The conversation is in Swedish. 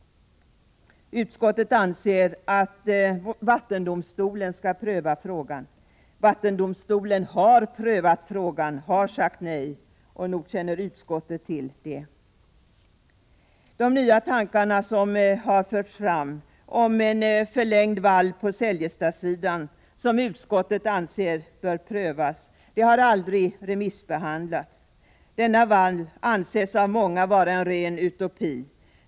Utskottet anser att vattendomstolen skall pröva frågan. Vattendomstolen har prövat frågan och har sagt nej. Och nog känner utskottet till det. Det nya förslag som förts fram om en förlängd vall på Säljestadssidan — som utskottet anser bör prövas — har aldrig remissbehandlats. Denna vall anses av många vara en ren utopi.